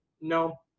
no